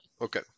Okay